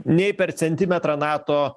nei per centimetrą nato